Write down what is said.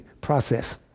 process